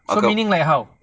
so meaning like how